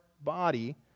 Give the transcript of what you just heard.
body